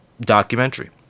documentary